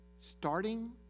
starting